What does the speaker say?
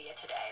today